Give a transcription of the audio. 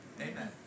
Amen